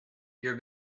your